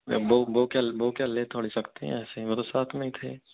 वो वो क्या वो क्या ले थोड़ी सकते हैं ऐसे ही वो तो साथ में ही थे